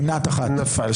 הצבעה לא אושרה נפל.